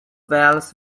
wells